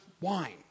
wine